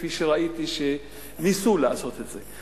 כפי שראיתי שניסו לעשות את זה.